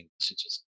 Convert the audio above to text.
messages